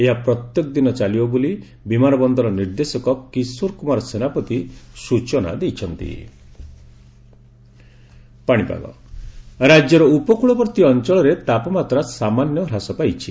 ଏହା ପ୍ରତ୍ୟେକ ଦିନ ଚାଲିବ ବୋଲି ବିମାନବନ୍ଦର ନିର୍ଦ୍ଦେଶକ କିଶୋର କୁମାର ସେନାପତି ସ୍ୟଚନା ଦେଇଛନ୍ତି ପାଣିପାଗ ରାଜ୍ୟର ଉପକୂଳବର୍ତ୍ତୀ ଅଅଳରେ ତାପମାତ୍ରା ସାମାନ୍ୟ ହ୍ରାସ ପାଇଛି